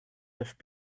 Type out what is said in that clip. have